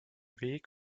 weg